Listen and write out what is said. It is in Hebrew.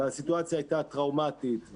והסיטואציה הייתה טראומטית,